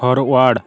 forward